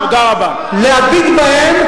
להביט בהם,